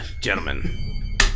Gentlemen